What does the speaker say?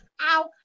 ow